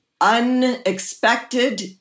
unexpected